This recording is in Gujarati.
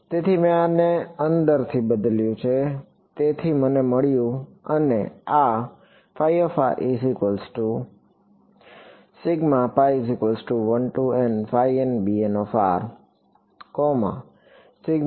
તેથી મેં આને અંદરથી બદલ્યું તેથી મને મળ્યું અને આ